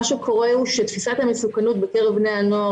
מה שקורה הוא שתפיסת המסוכנות בקרב בני הנוער